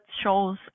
shows